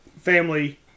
family